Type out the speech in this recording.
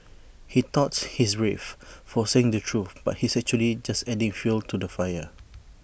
he thought he's brave for saying the truth but he's actually just adding fuel to the fire